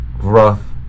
rough